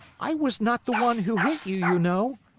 i was not the one who hit you, you know.